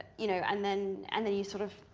you know and then and then you sort of